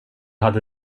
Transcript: hade